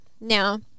Now